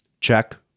check